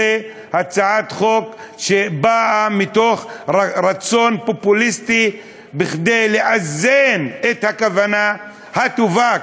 זו הצעת חוק שבאה מתוך רצון פופוליסטי כדי לאזן את הכוונה הטובה,